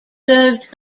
served